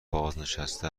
بازنشسته